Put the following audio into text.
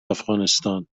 افغانستان